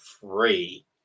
free